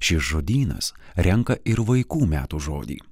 šis žodynas renka ir vaikų metų žodį